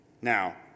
Now